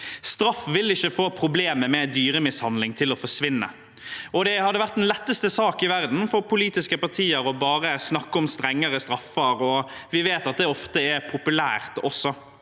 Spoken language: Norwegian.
Straff vil ikke få problemet med dyremishandling til å forsvinne. Det hadde vært den letteste sak i verden for politiske partier bare å snakke om strengere straffer, og vi vet at det ofte er populært også,